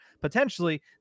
potentially